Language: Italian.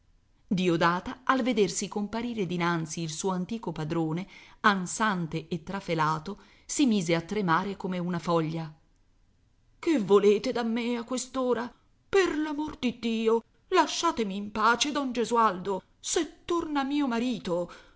diodata al vedersi comparire dinanzi il suo antico padrone ansante e trafelato si mise a tremare come una foglia che volete da me a quest'ora per l'amor di dio lasciatemi in pace don gesualdo se torna mio marito